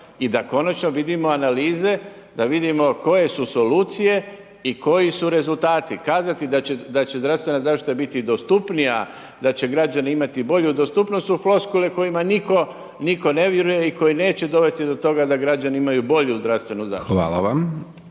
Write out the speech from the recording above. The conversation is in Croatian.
I da konačno vidimo analize da vidimo koje su solucije i koji su rezultati. Kazati da će zdravstvena zaštita biti dostupnija, da će građani imati bolju dostupnost su floskule kojima nitko ne vjeruje i koji neće dovesti do toga da građani imaju bolju zdravstvenu zaštitu. **Hajdaš